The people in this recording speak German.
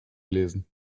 lesen